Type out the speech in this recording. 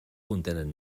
contenen